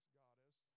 goddess